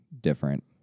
different